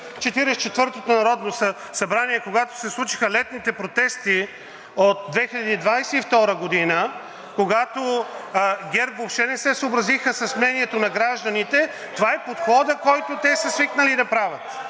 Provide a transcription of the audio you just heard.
четвъртото народно събрание, когато се случиха летните протести от 2022 г., когато ГЕРБ въобще не се съобразиха с мнението на гражданите – това е подходът, който те са свикнали да правят.